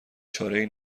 چارهای